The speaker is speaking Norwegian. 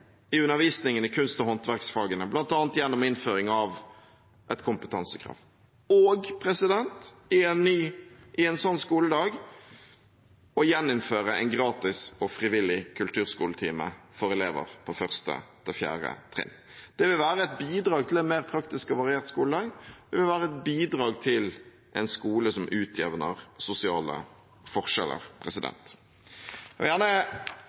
i undervisningen i kunst- og håndverksfagene, bl.a. gjennom innføring av et kompetansekrav, og i en slik skoledag å gjeninnføre en gratis og frivillig kulturskoletime for elever på 1.–4. trinn. Det vil være et bidrag til en mer praktisk og variert skoledag, og det vil være et bidrag til en skole som utjevner sosiale forskjeller. Jeg vil gjerne,